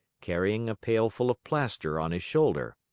carrying a pail full of plaster on his shoulder.